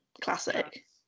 classic